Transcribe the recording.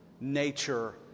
nature